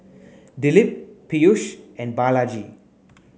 Dilip Peyush and Balaji